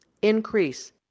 increase